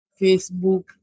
Facebook